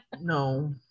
No